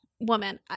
woman